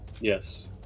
Yes